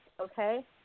okay